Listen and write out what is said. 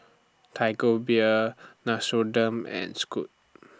Tiger Beer Nixoderm and Scoot